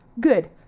good